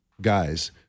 guys